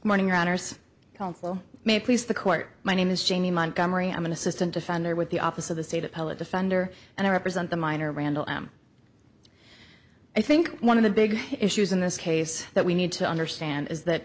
morning honors counsel may please the court my name is jamie montgomery i'm an assistant defender with the office of the state appellate defender and i represent the minor randal am i think one of the big issues in this case that we need to understand is that